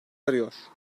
arıyor